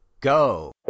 go